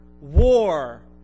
war